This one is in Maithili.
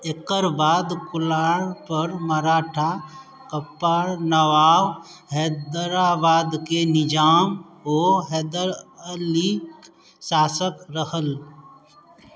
एकर बाद कोलारपर मराठा कप्पार नवाब हैदराबादके निजाम ओ हैदर अली शासक रहल